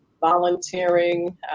volunteering